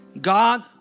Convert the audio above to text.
God